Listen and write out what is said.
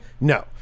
no